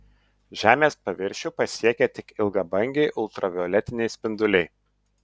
žemės paviršių pasiekia tik ilgabangiai ultravioletiniai spinduliai